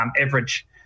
average